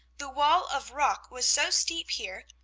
the wall of rock was so steep here,